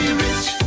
rich